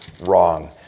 wrong